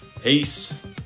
peace